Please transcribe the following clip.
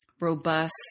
robust